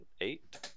eight